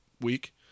week